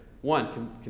One